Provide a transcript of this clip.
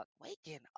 waking